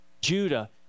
Judah